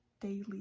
daily